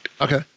Okay